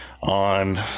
on